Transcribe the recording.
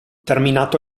terminato